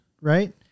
right